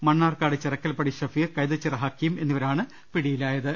മണ്ണാർക്കാട് ചിറക്കൽപ്പടി ഷഫീർ കൈതച്ചിറ ഹക്കീം എന്നിവരാണ് പിടിയിലായത്